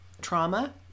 trauma